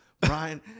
Brian